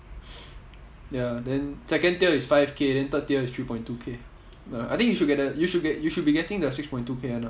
ya then second tier is five K then third tier is three point two K ya I think you should get the you should get you should be getting the six point two K [one] lah